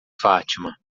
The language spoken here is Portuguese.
fatima